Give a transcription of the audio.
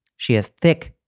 she has thick,